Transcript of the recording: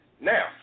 Now